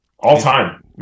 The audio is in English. All-time